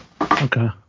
Okay